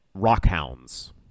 Rockhounds